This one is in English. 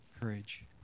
courage